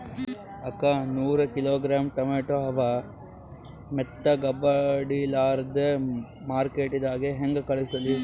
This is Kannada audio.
ಅಕ್ಕಾ ನೂರ ಕಿಲೋಗ್ರಾಂ ಟೊಮೇಟೊ ಅವ, ಮೆತ್ತಗಬಡಿಲಾರ್ದೆ ಮಾರ್ಕಿಟಗೆ ಹೆಂಗ ಕಳಸಲಿ?